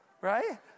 Right